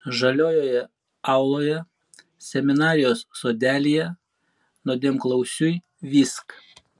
žaliojoje auloje seminarijos sodelyje nuodėmklausiui vysk